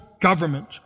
government